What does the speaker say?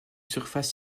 surface